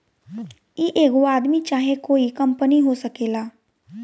ई एगो आदमी चाहे कोइ कंपनी हो सकेला